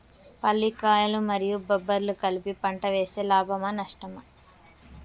పల్లికాయలు మరియు బబ్బర్లు కలిపి పంట వేస్తే లాభమా? నష్టమా?